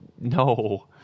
no